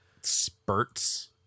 spurts